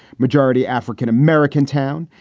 majority african-american town.